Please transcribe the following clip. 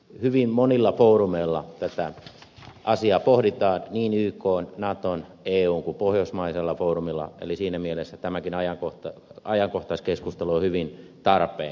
hyvin monilla foorumeilla tätä asiaa pohditaan niin ykn naton eun kuin pohjoismaisellakin foorumilla eli siinä mielessä tämäkin ajankohtaiskeskustelu on hyvin tarpeen